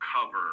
cover